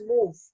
move